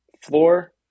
floor